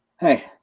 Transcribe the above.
hey